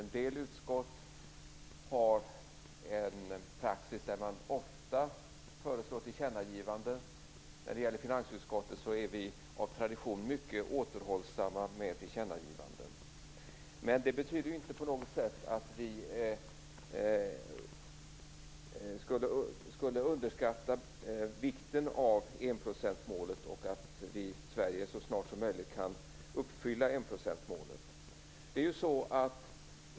En del utskott har en praxis där man ofta föreslår tillkännagivanden. Finansutskottet är av tradition mycket återhållsamt med tillkännagivanden. Men det betyder inte på något sätt att utskottet underskattar vikten av enprocentsmålet och att Sverige så snart som möjligt kan uppfylla det.